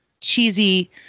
cheesy